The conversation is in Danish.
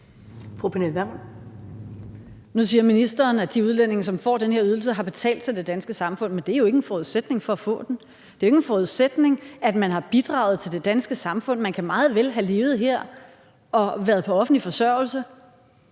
Nu siger ministeren, at de udlændinge, som får den her ydelse, har betalt til det danske samfund, men det er jo ikke en forudsætning for at få den. Det er jo ikke en forudsætning, at man har bidraget til det danske samfund. Man kan meget vel have levet her og været på offentlig forsørgelse